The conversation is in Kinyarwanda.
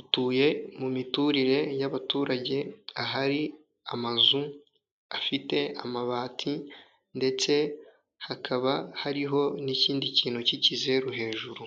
utuye mu miturire y'abaturage ahari amazu afite amabati ndetse hakaba hariho n'ikindi kintu K'ikizeru hejuru.